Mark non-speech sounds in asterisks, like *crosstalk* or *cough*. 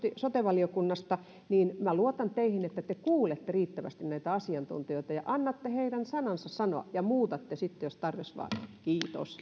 sote valiokunnasta niin minä luotan teihin että te kuulette riittävästi näitä asiantuntijoita ja ja annatte heidän sanansa sanoa ja muutatte sitten jos tarve vaatii kiitos *unintelligible*